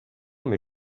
mes